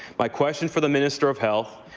my question for the minister of health.